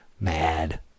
Mad